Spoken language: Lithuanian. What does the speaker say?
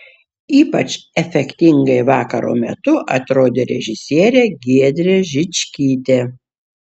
ypač efektingai vakaro metu atrodė režisierė giedrė žičkytė